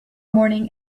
morning